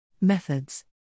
Methods